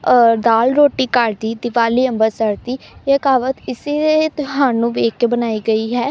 ਦਾਲ ਰੋਟੀ ਘਰ ਦੀ ਦਿਵਾਲੀ ਅੰਮ੍ਰਿਤਸਰ ਦੀ ਇਹ ਕਹਾਵਤ ਇਸੇ ਤਿਉਹਾਰ ਨੂੰ ਦੇਖ ਕੇ ਬਣਾਈ ਗਈ ਹੈ